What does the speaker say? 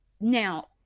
now